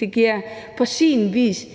Det giver på sin vis